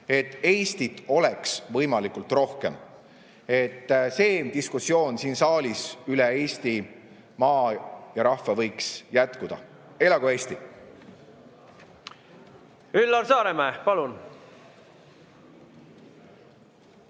et Eestit oleks võimalikult rohkem? See diskussioon siin saalis üle Eestimaa ja rahva seas võiks jätkuda. Elagu Eesti! Üllar Saaremäe, palun!